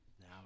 Now